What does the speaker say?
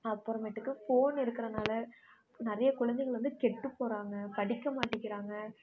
அப்புறமேட்டுக்கு ஃபோன் இருக்கிறனால நிறைய குழந்தைங்கள் வந்து கெட்டு போகிறாங்க படிக்க மாட்டிக்கிறாங்க